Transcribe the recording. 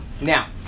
Now